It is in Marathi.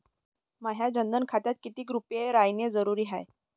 माह्या जनधन खात्यात कितीक रूपे रायने जरुरी हाय?